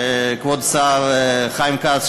כבוד השר חיים כץ,